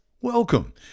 welcome